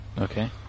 Okay